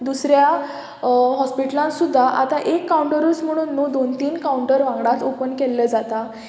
दुसऱ्या हॉस्पिटलान सुद्दां आतां एक कावंटरूच म्हणून न्हू दोन तीन कावंटर वांगडाच ओपन केल्लें जाता